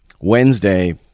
Wednesday